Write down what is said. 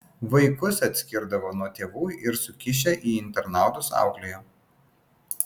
vaikus atskirdavo nuo tėvų ir sukišę į internatus auklėjo